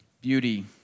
beauty